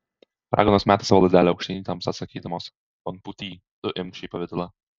raganos meta savo lazdelę aukštyn į tamsą sakydamos bangpūty tu imk šį pavidalą